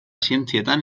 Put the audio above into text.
zientzietan